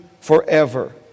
forever